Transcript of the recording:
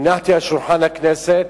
הנחתי על שולחן הכנסת,